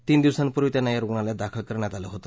तीन दिवसांपूर्वी त्यांना या रुग्णलयात दाखल करण्यात आले होते